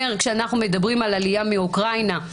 כשאנחנו מדברים על עלייה מאוקראינה.